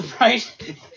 right